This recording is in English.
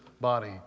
body